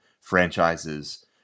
franchises